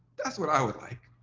that's what i would like.